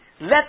Let